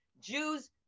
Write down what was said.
Jews